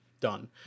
done